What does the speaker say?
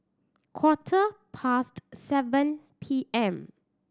quarter past seven P M